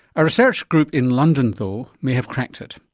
a research group in london though may have cracked it.